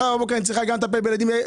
מחר בבוקר אני צריכה גם לטפל בילדים.